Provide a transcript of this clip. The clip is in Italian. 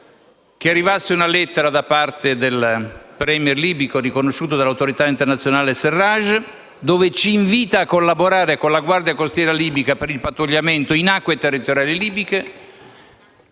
che arrivasse una lettera da parte del *premier* libico riconosciuto dall'autorità internazionale al-Sarraj, con cui ci invita a collaborare con la guardia costiera libica nel pattugliamento in acque territoriali libiche,